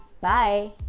Bye